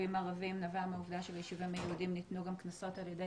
ביישובים ערביים נבע מהעובדה שביישובים היהודיים ניתנו גם קנסות על ידי